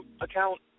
account